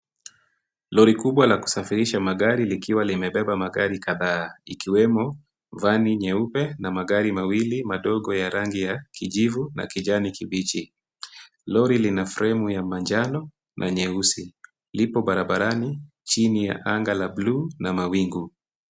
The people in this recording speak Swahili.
Lori kubwa la kusafirisha magari likiwa limebeba magari kadhaa ikiwemo vani nyeupe na magari mawili madogo ya rangi ya kijivu na kijani kibichi. Lori lina fremu ya manjano na nyeusi. Lipo barabarani chini ya anga la bluu na mawingu.